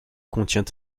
contient